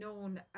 known